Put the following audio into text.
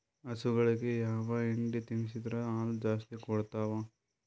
ಹಸುಗಳಿಗೆ ಯಾವ ಹಿಂಡಿ ತಿನ್ಸಿದರ ಹಾಲು ಜಾಸ್ತಿ ಕೊಡತಾವಾ?